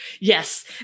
Yes